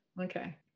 okay